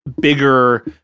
bigger